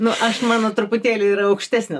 na aš mano truputėlį yra aukštesnė